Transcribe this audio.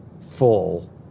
full